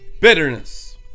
Bitterness